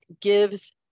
gives